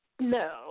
no